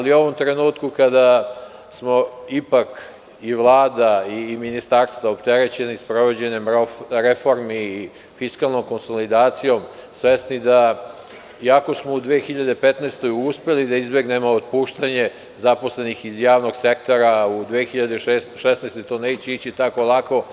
U ovom trenutku kada smo ipak, i Vlada i ministarstvo, opterećeni sprovođenjem reformi i fiskalnom konsolidacijom, svesni da, iako smo u 2015. godini uspeli da izbegnemo otpuštanje zaposlenih iz javnog sektora, u 2016. godini to neće ići tako lako.